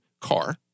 car